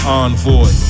envoy